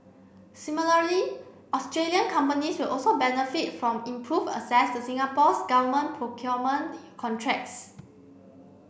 similarly Australian companies will also benefit from improved access to Singapore's government procurement contracts